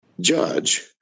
judge